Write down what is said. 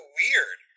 weird